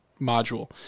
module